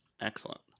Excellent